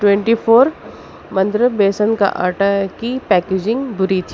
twenty four منترے بیسن کا آٹا کی پیکیجنگ بری تھی